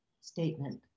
statement